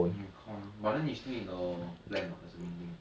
new com~ but then you still need the plan what that's the main thing